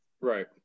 Right